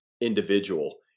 individual